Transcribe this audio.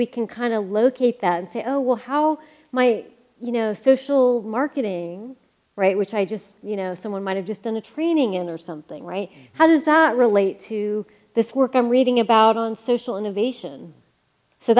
we can kind of locate that and say oh well how my you know social marketing right which i just you know someone might have just done a training in or something right how does that relate to this work i'm reading about on social innovation so